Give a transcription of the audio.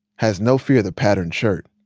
has no fear of the patterned shirt.